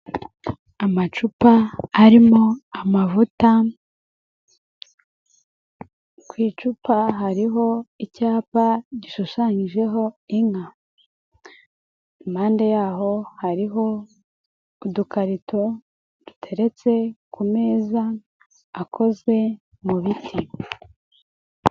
Amacupa arimo amavuta, ku icupa hariho icyapa gishushanyijeho inka, impande yaho hariho udukarito duteretse ku meza akoze mu biti.